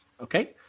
Okay